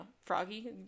froggy